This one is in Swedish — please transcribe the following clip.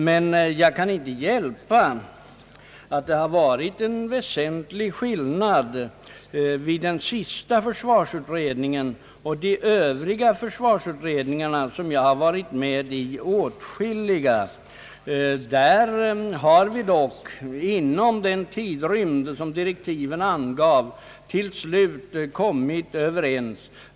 Men jag kan inte hjälpa att det har varit en väsentlig skillnad mellan den senaste försvarsutredningen och de övriga försvarsutredningarna — jag har varit med i åtskilliga. Tidigare har vi dock inom den tidrymd som direktiven angivit till slut kommit överens.